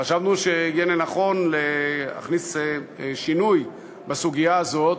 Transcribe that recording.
חשבנו שיהיה נכון להכניס שינוי בסוגיה הזאת,